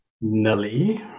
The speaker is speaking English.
Nelly